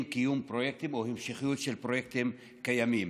קיום פרויקטים או המשכיות של פרויקטים קיימים.